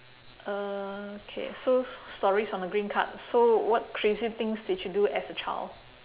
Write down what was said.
uh K so stories on the green card so what crazy things did you do as a child